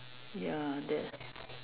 ya that